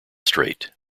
strait